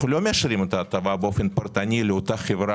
אנחנו לא מאשרים בוועדה את ההטבה באופן פרטני לאותה חברה,